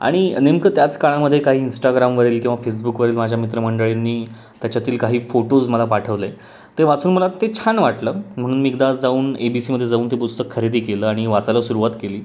आणि नेमकं त्याच काळामध्ये काही इंस्टाग्रामवरील किंवा फेसबुकवरील माझ्या मित्रमंडळींनी त्याच्यातील काही फोटोज मला पाठवले ते वाचून मला ते छान वाटलं म्हणून मी एकदा जाऊन ए बी सी मध्ये जाऊन ते पुस्तक खरेदी केलं आणि वाचायला सुरुवात केली